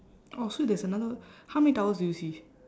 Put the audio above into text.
oh so there's another how many towels do you see